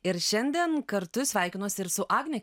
ir šiandien kartu sveikinuosi ir su agne